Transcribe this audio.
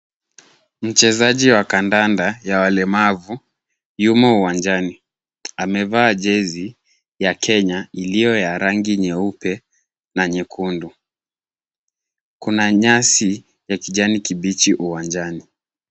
Mchezaji wa kandanda ya walemavu yumo uwanjani. Amevaa jezi ya Kenya iliyo ya rangi nyeupe na nyekundu. Kuna nyasi ya kijani kibichi uwanjani.